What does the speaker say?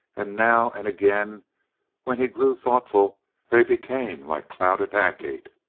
and now and again when he grew thoughtful they became like clouded agate.